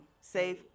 Safe